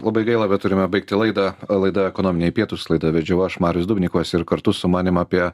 labai gaila bet turime baigti laidą laida ekonominiai pietūs laidą vedžiau aš marius dubnikovas ir kartu su manim apie